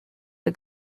the